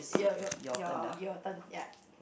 your your your your turn ya